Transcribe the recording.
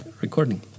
recording